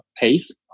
pace